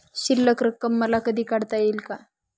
शिल्लक रक्कम मला कधी काढता येईल का?